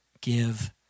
give